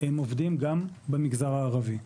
הם עובדים גם במגזר הערבי.